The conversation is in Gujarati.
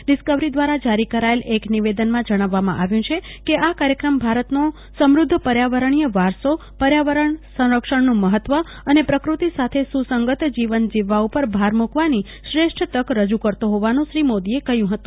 ડીસ્કવરી દ વારા જારી કરાયેલા એક નિવેદનમાં જણાવવામાં આવ્યું છે કે આ કાર્યક્રમ ભારતનો સમધ્ધ પર્યાવરણીય વારસો પર્યાવરણ સંરક્ષણનું મહત્વ અને પ્રક્રતિ સાથે સસંગત જીવન જીવવા ઉપર ભાર મુકવાની શ્રષ્ ઠ તક રજૂ કરતો હોવાન શ્રી મોદીએ કહયું હત